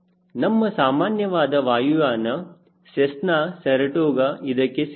ನಮ್ಮ ಸಾಮಾನ್ಯವಾದ ವಾಯುಯಾನ ಸೆಸ್ನ ಸರಟೋಗ ಇದಕ್ಕೆ ಸೇರಿದೆ